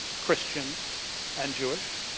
christian and jewish.